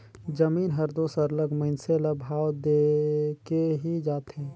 जमीन हर दो सरलग मइनसे ल भाव देके ही जाथे